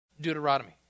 Deuteronomy